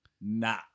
nah